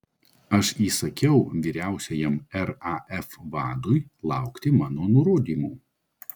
aš įsakiau vyriausiajam raf vadui laukti mano nurodymų